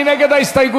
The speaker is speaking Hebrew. מי נגד ההסתייגויות?